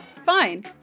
Fine